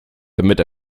damit